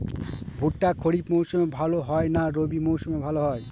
ভুট্টা খরিফ মৌসুমে ভাল হয় না রবি মৌসুমে ভাল হয়?